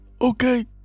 Okay